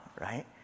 right